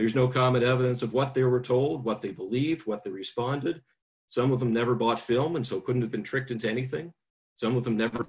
there's no common evidence of what they were told what they believed what they responded some of them never bought film and so couldn't have been tricked into anything some of them